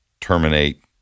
terminate